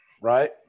Right